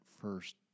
first